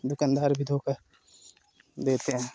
दुकानदार भी धोखा देते हैं